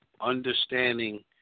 understanding